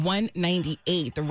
198